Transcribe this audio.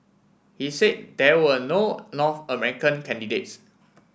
he said there were no North American candidates